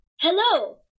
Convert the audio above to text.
Hello